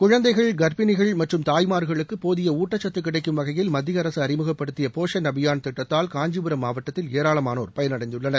குழந்தைகள் கர்ப்பிணிகள் மற்றும் தாய்மார்களுக்கு போதிய ஊட்டச்சத்து கிடைக்கும் வகையில் மத்திய அரசு அறிமுகப்படுத்திய போஷன் அபியான் திட்டத்தால் காஞ்சிபுரம் மாவட்டத்தில் ஏராளமானோர் பயனடைந்துள்ளனர்